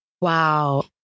Wow